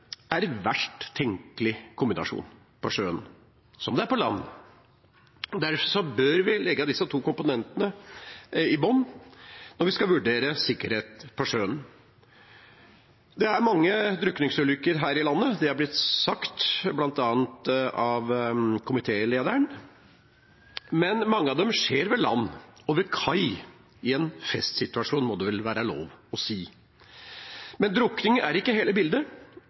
er den verst tenkelige kombinasjonen på sjøen, som det er på land. Derfor bør vi legge disse to komponentene i bunnen når vi skal vurdere sikkerhet på sjøen. Det er mange drukningsulykker her i landet. Det er blitt sagt, bl.a. av komitélederen. Mange av ulykkene skjer ved land og ved kai i festsituasjoner, må det vel være lov å si. Men drukning er ikke hele bildet.